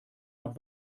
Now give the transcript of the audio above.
noch